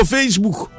Facebook